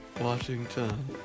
Washington